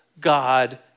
God